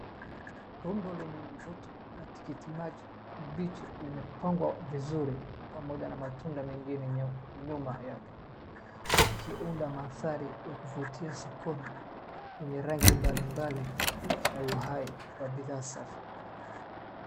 Tunda lenye mvuto la tikiti maji mbichi limepangwa vizuri pamoja na matunda mengine nyuma yake, ikiunda mandhari ya kuvutia sokoni yenye rangi mbali mbali na uhai wa bidhaa safi.